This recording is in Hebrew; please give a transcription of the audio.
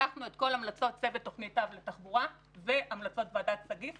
לקחנו את כל ההמלצות של צוות תוכנית התחבורה והמלצות ועדת סגיס,